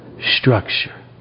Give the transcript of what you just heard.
structure